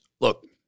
look